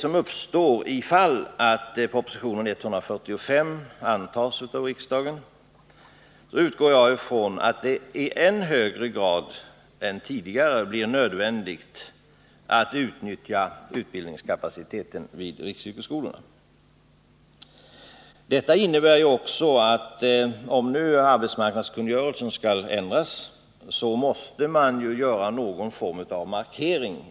Om proposition 145 antas av riksdagen, utgår jag ifrån att det i än högre grad än tidigare blir nödvändigt att utnyttja utbildningskapaciteten vid riksyrkesskolorna. Detta innebär ju också, att om nu arbetsmarknadskungörelsen skall ändras, måste man i dessa sammanhang göra någon form av markering.